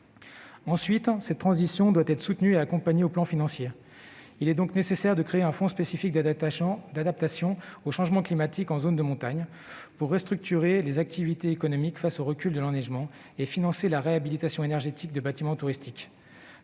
Ensuite, cette transition doit être soutenue et accompagnée sur le plan financier. Il est donc nécessaire de créer un fonds spécifique d'adaptation au changement climatique en zone de montagne, pour restructurer les activités économiques face au recul de l'enneigement et financer la réhabilitation énergétique de bâtiments touristiques.